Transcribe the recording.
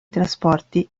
trasporti